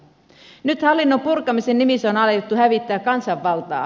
nyt hallinnon purkamisen nimissä on alettu hävittää kansanvaltaa